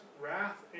wrath